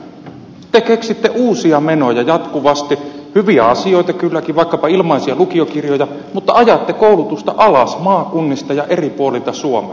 te keksitte uusia menoja jatkuvasti hyviä asioita kylläkin vaikkapa ilmaisia lukiokirjoja mutta ajatte koulutusta alas maakunnista ja eri puolilta suomea